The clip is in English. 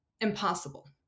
impossible